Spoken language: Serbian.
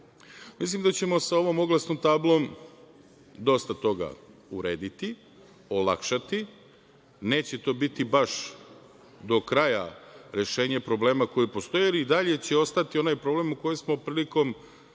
da ćemo sa ovom oglasnom tablom dosta toga urediti, olakšati, neće to biti baš do kraja rešenje problema koji postoji, ali i dalje će ostati onaj problem koji smo prilikom